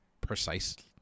precisely